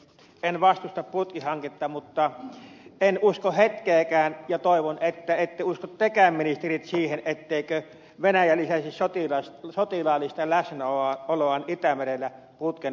en vastusta putkihanketta mutta en usko hetkeäkään ja toivon että ette usko tekään ministerit siihen etteikö venäjä lisäisi sotilaallista läsnäoloaan itämerellä putken valmistuttua